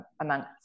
amongst